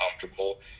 comfortable